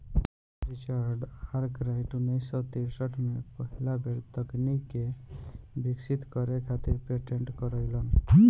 Richard Arkwright उन्नीस सौ तिरसठ में पहिला बेर तकनीक के विकसित करे खातिर पेटेंट करइलन